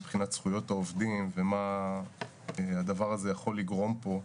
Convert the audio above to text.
מבחינת זכויות העובדים ומה הדבר הזה יכול לגרום פה.